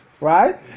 right